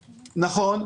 נכון,